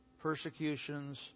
persecutions